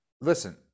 Listen